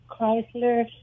Chrysler